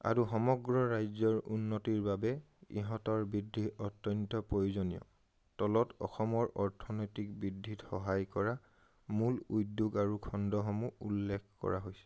আৰু সমগ্ৰ ৰাজ্যৰ উন্নতিৰ বাবে ইহঁতৰ বৃদ্ধি অত্যন্ত প্ৰয়োজনীয় তলত অসমৰ অৰ্থনৈতিক বৃদ্ধিত সহায় কৰা মূল উদ্যোগ আৰু খণ্ডসমূহ উল্লেখ কৰা হৈছে